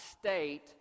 state